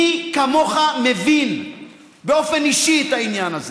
מי כמוך מבין באופן אישי את העניין הזה.